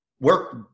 work